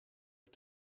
het